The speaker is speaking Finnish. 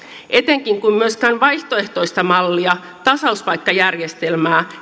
etenkään kun myöskään vaihtoehtoista mallia tasauspaikkajärjestelmää